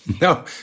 No